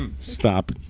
Stop